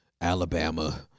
Alabama